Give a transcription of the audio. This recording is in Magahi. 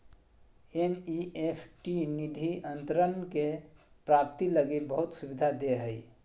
एन.ई.एफ.टी निधि अंतरण के प्राप्ति लगी बहुत सुविधा दे हइ